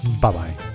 Bye-bye